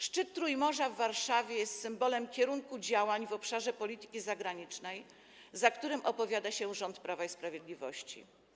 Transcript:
Szczyt Trójmorza w Warszawie jest symbolem kierunku działań w obszarze polityki zagranicznej, za którym opowiada się rząd Prawa i Sprawiedliwości.